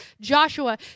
Joshua